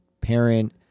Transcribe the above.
parent